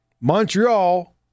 Montreal